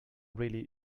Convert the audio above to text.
really